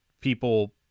people